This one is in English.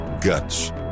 Guts